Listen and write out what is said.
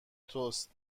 توست